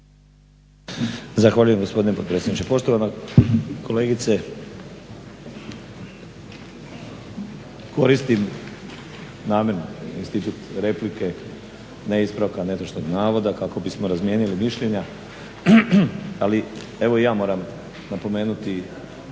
Zahvaljujem gospodine potpredsjedniče. Poštovana kolegice koristim namjerno institut replike, a ne ispravka netočnog navoda kako bismo razmijenili mišljenja, ali evo i ja moram napomenuti